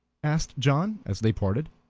asked john, as they parted.